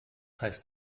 heißt